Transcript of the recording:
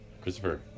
Christopher